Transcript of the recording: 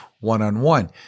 one-on-one